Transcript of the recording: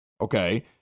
Okay